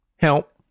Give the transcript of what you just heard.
help